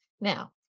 Now